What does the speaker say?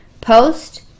Post